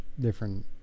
different